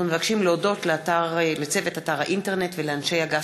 אנחנו מבקשים להודות לצוות אתר האינטרנט ולאנשי אגף